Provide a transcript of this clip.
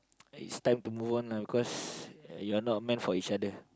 is time to move on lah cause you're not meant for each other